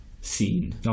scene